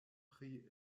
pri